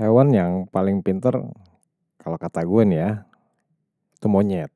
Hewan yang paling pintar, kalau kata gue nih ya, itu monyet.